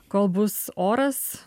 kol bus oras